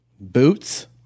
Boots